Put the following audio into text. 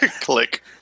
Click